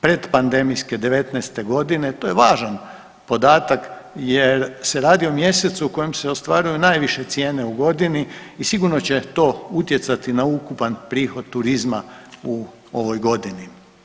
Pretpandemijske '19. godine to je važan podatak jer se radi o mjesecu u kojem se ostvaruju najviše cijene u godini i sigurno će to utjecati na ukupan prihod turizma u ovoj godini.